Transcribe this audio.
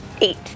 Eight